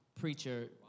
preacher